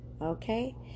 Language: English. okay